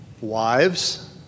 wives